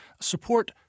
support